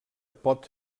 pot